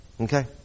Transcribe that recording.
Okay